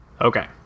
Okay